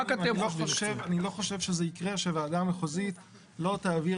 אני לא חושב שזה יקרה שוועדה מחוזית לא תעביר